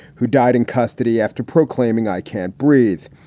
who died in custody after proclaiming i can't breathe.